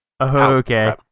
Okay